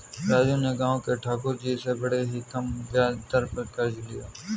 राजू ने गांव के ठाकुर जी से बड़े ही कम ब्याज दर पर कर्ज लिया